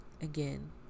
again